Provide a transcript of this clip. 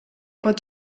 pot